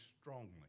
strongly